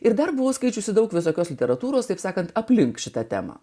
ir dar buvau skaičiusi daug visokios literatūros taip sakant aplink šitą temą